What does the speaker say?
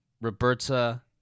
Roberta